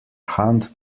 hand